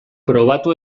probatu